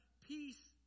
peace